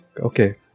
okay